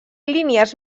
línies